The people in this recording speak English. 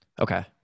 Okay